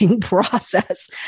process